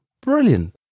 Brilliant